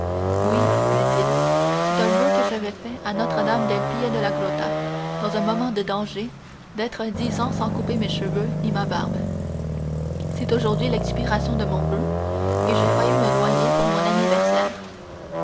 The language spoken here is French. oui dit-il c'est un voeu que j'avais fait à notre-dame del pie de la grotta dans un moment de danger d'être dix ans sans couper mes cheveux ni ma barbe c'est aujourd'hui l'expiration de mon voeu et j'ai failli me noyer pour mon anniversaire